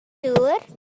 glyndŵr